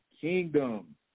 kingdom